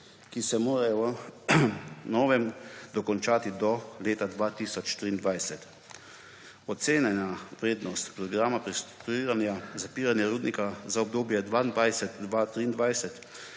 ki se morajo po novem dokončati do leta 2023. Ocenjena vrednost programa prestrukturiranja zapiranja rudnika za obdobje 2022–2023